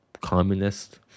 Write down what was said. communist